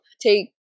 take